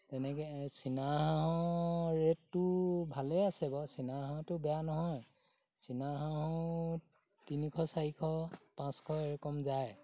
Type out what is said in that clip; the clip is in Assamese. তেনেকৈ চীনা হাঁহৰ ৰেটটো ভালেই আছে বাৰু চীনা হাঁহটো বেয়া নহয় চীনা হাঁহো তিনিশ চাৰিশ পাঁচশ এই ৰকম যায়